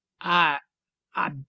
I—I